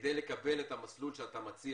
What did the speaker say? כדי לקבל את המסלול שאתה מציע,